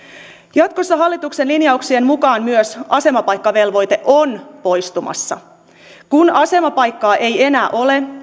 jatkossa hallituksen linjauksien mukaan myös asemapaikkavelvoite on poistumassa kun asemapaikkaa ei enää ole